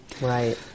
right